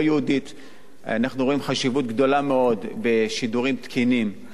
אנחנו רואים חשיבות גדולה מאוד בשידורים תקינים ביהודה ושומרון,